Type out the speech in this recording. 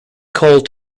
call